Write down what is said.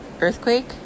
earthquake